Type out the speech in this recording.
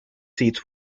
seats